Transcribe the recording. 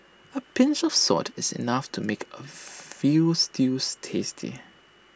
A pinch of salt is enough to make A Veal Stews tasty